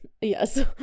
Yes